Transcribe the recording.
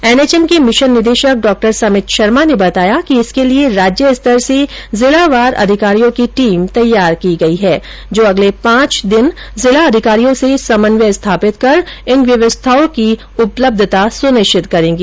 NHM के mission निदेशक डॉ समित शर्मा ने बताया कि इसके लिये राज्य स्तर से जिलावार अधिकारियों की टीम तैयार की गयी हैं जो अगले पांच दिन जिला अधिकारियों से समन्वय स्थापित कर इन व्यवस्थायों की उपलब्धता सुनिश्चित करेंगी